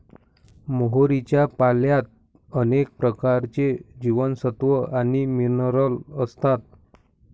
मोहरीच्या पाल्यात अनेक प्रकारचे जीवनसत्व आणि मिनरल असतात